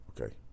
Okay